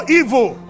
evil